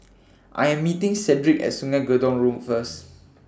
I Am meeting Cedrick At Sungei Gedong Road First